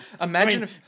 imagine